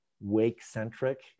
wake-centric